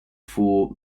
for